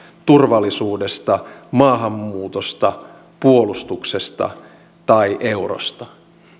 turvallisuudesta maahanmuutosta puolustuksesta tai eurosta